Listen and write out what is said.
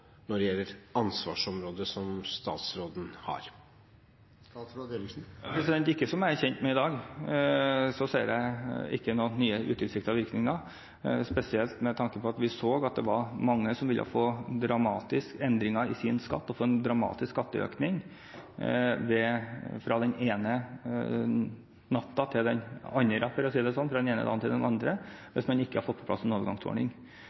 Ikke som jeg er kjent med i dag. Jeg ser ingen nye utilsiktede virkninger – spesielt med tanke på at vi så at det var mange som ville få dramatiske endringer i sin skatt, få en dramatisk skatteøkning, fra den ene dagen til den andre hvis man ikke hadde fått på plass en overgangsordning. Den overgangsordningen har vi fått på plass, takket være støtte fra Kristelig Folkeparti og Venstre. Utover det ser jeg ikke